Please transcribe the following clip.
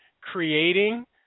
creating